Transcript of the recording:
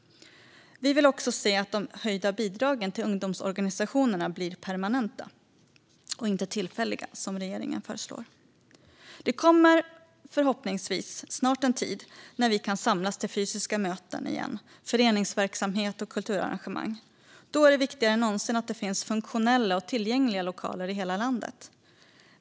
Vi vill också se att de höjda bidragen till ungdomsorganisationerna blir permanenta och inte tillfälliga, som regeringen föreslår. Det kommer förhoppningsvis snart en tid när vi igen kan samlas till fysiska möten, föreningsverksamhet och kulturarrangemang. Då är det viktigare än någonsin att det finns funktionella och tillgängliga lokaler i hela landet.